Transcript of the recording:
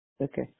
Okay